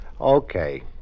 Okay